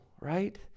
right